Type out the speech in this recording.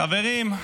חברים,